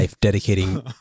dedicating